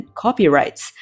copyrights